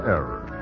Error